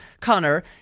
Connor